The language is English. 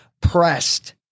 pressed